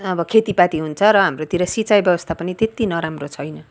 अब खेतीपाती हुन्छ र हाम्रोतिर सिँचाइ व्यवस्था पनि त्यति नराम्रो छैन